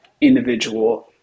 individual